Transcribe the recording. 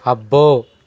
అబ్బో